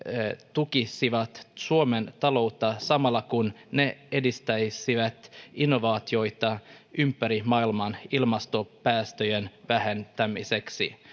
tukisivat suomen taloutta samalla kun ne edistäisivät innovaatioita ympäri maailman ilmastopäästöjen vähentämiseksi